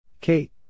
Kate